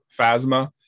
Phasma